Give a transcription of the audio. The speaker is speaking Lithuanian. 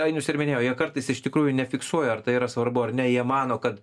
ainius ir minėjo jie kartais iš tikrųjų nefiksuoja ar tai yra svarbu ar ne jie mano kad